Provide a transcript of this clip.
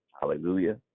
Hallelujah